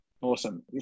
Awesome